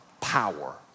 power